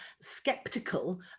skeptical